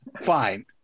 fine